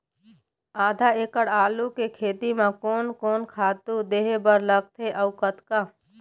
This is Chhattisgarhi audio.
आधा एकड़ आलू के खेती म कोन कोन खातू दे बर लगथे अऊ कतका?